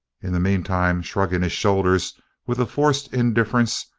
in the meantime, shrugging his shoulders with a forced indifference,